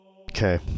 Okay